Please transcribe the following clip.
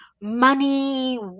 money